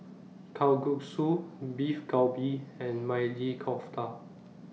Kalguksu Beef Galbi and Maili Kofta